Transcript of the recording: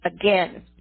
again